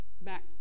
back